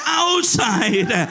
outside